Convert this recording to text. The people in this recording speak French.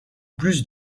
plus